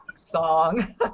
song